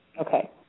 Okay